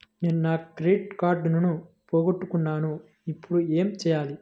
నేను నా క్రెడిట్ కార్డును పోగొట్టుకున్నాను ఇపుడు ఏం చేయాలి?